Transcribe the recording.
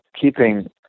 keeping